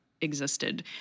existed